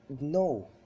no